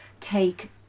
take